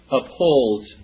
upholds